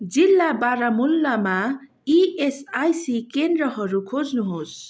जिल्ला बारामुल्लामा इएसआइसी केन्द्रहरू खोज्नुहोस्